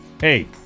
Hey